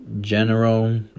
General